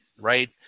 right